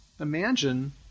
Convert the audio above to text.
imagine